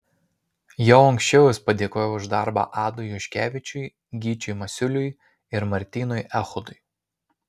jau anksčiau jis padėkojo už darbą adui juškevičiui gyčiui masiuliui ir martynui echodui